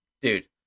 Dude